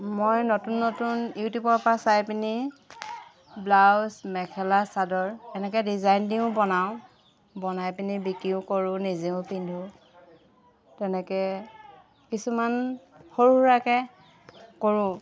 মই নতুন নতুন ইউটিউবৰপৰা চাই পিনি ব্লাউজ মেখেলা চাদৰ এনেকৈ ডিজাইন দিও বনাওঁ বনাই পিনি বিক্ৰীও কৰোঁ নিজেও পিন্ধোঁ তেনেকৈ কিছুমান সৰু সুৰাকৈ কৰোঁ